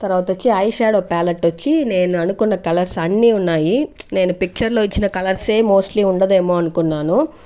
తర్వాత వచ్చి eye shadow palette వచ్చి నేను అనుకున్న కలర్స్ అన్ని ఉన్నాయి నేను పిక్చర్లో ఇచ్చిన కలర్స్సే మోస్ట్లీ ఉండదేమో అనుకున్నాను